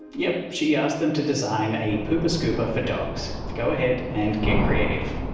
yep, she asked them to design a pooper-scooper for dogs. go ahead and get creative.